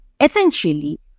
Essentially